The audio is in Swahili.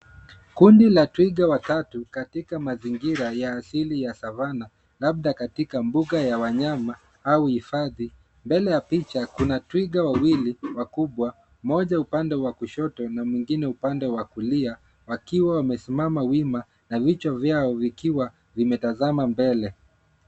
Kundi la twiga watatu katika mazingira ya asili ya Savana labda katika mbuga ya wanyama au hifadhi. Mbele ya picha kuna twiga wawili wakubwa, mmoja upande wa kushoto na mwingine upande wa kulia wakiwa wamesimama wima na vichwa vyao vikiwa vimetazama mbele.